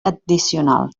addicional